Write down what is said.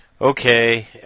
Okay